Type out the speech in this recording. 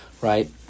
right